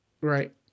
Right